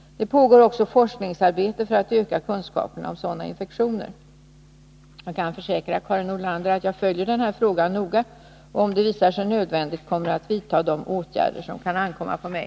Det pågår också forskningsarbete för att öka kunskaperna om sådana infektioner. Jag kan försäkra Karin Nordlander att jag följer denna fråga noga och — om det visar sig nödvändigt — kommer att vidta de åtgärder som kan ankomma på mig.